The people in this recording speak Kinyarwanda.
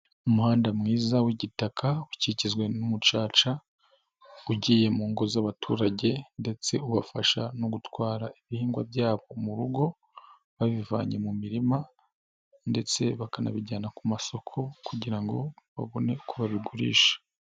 Umuhanda mwiza w'igitaka ukikijwe n'umucaca, ugiye mu ngo z'abaturage ndetse ubafasha no gutwara ibihingwa byabo mu rugo, babivanye mu mirima ndetse bakanabijyana ku masoko kugira ngo babone uko babigurisha.